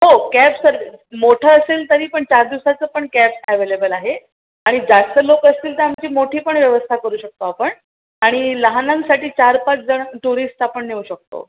हो कॅबसारखं मोठं असेल तरी पण चार दिवसाचं पण कॅब ॲवेलेबल आहे आणि जास्त लोक असतील तर आमची मोठी पण व्यवस्था करू शकतो आपण आणि लहानांसाठी चार पाच जण टुरिस्ट आपण नेऊ शकतो